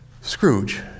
Scrooge